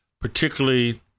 particularly